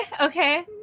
okay